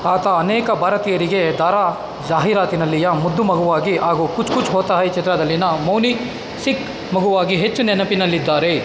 ಆತ ಅನೇಕ ಭಾರತೀಯರಿಗೆ ದಾರಾ ಜಾಹೀರಾತಿನಲ್ಲಿಯ ಮುದ್ದು ಮಗುವಾಗಿ ಹಾಗೂ ಕುಚ್ ಕುಚ್ ಹೋತಾ ಹೈ ಚಿತ್ರದಲ್ಲಿನ ಮೌನಿ ಸಿಖ್ ಮಗುವಾಗಿ ಹೆಚ್ಚು ನೆನಪಿನಲ್ಲಿದ್ದಾರೆ